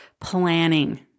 planning